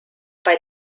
bei